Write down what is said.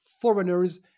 foreigners